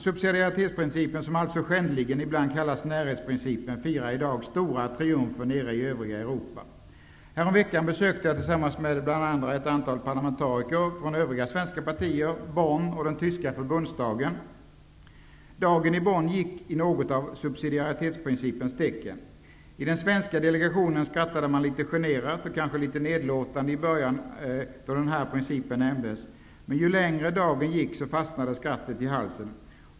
Subsidiaritetsprincipen, som alltså skändligen ibland kallas närhetsprincipen, firar i dag stora triumfer nere i övriga Europa. Häromveckan besökte jag tillsammans med bl.a. ett antal parlamentariker från övriga svenska partier Bonn och den tyska Förbundsdagen. Dagen i Bonn gick i något av subsidiaritetsprincipens tecken. I den svenska delegationen skrattade man lite generat och kanske litet nedlåtande i början då denna princip nämndes, men ju längre dagen gick desto mer fastnade skrattet i halsen.